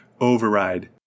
override